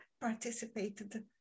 participated